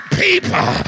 people